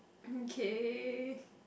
mm kay